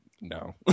no